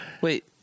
Wait